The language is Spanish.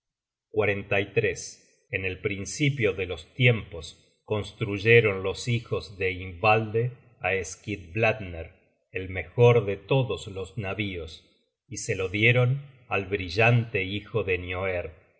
ellas las marmitas en el principio de los tiempos construyeron los hijos de invalde á skidbladner el mejor de todos los navíos y se le dieron al brillante hijo de